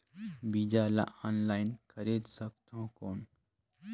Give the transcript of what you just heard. बीजा ला ऑनलाइन खरीदे सकथव कौन?